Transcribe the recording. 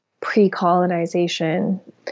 pre-colonization